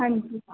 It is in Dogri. हां जी